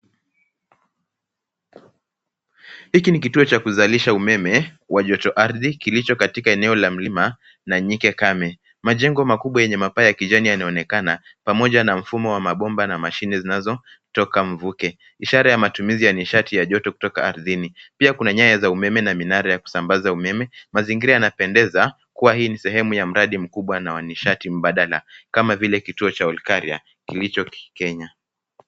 Hiki ni kituo cha kuzalisha umeme wa jotoardhi kilicho katika eneo la mlima na nyike kame. Majengo makubwa yenye mapaa ya kijani yanaonekana pamoja na mfumo wa mabomba na mashine zinazotoka mvuke, ishara ya matumizi ya nishati ya joto kutoka ardhini. Pia, kuna nyaya za umeme na minara ya kusambaza umeme. Mazingira yanapendeza kuwa hii ni sehemu ya mradi mkubwa na wa nishati mbadala kama vile kituo cha Olkaria kilicho Kenya.